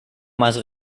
más